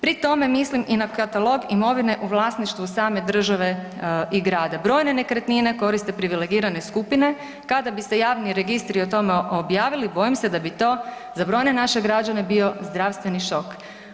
Pri tome mislim i na katalog imovine u vlasništvu same države i grada, brojne nekretnine koriste privilegirane skupine, kada bi se javni registri o tome objavili bojim se da bi to za brojne naše građane bio zdravstveni šok.